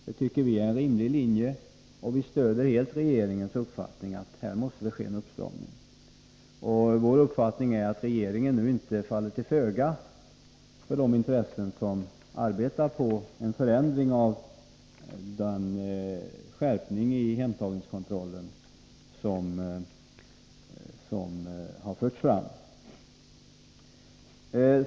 Det tycker vi är en rimlig linje, och vi stödjer helt regeringens uppfattning att det här måste ske en uppstramning. Vi anser att regeringen nu inte faller till föga för de intressen som arbetar för en förändring av det förslag till skärpning i hemtagningskontrollen som har förts fram.